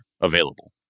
available